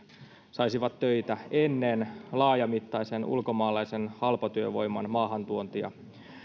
saisivat töitä ennen laajamittaista ulkomaalaisen halpatyövoiman maahantuontia